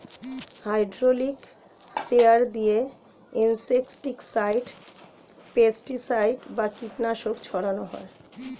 hydraulic sprayer দিয়ে insecticide, pesticide বা কীটনাশক ছড়ান হয়